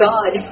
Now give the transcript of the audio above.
God